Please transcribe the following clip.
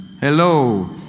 Hello